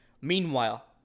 Meanwhile